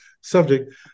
subject